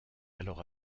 alors